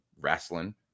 wrestling